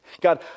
God